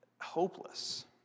hopeless